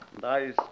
Nice